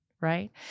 right